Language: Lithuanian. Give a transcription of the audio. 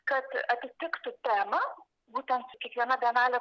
kad atitiktų temą būtent kiekviena bienalė